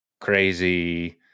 crazy